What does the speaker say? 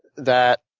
that